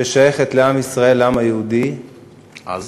ששייכת לעם ישראל, לעם היהודי, עזה?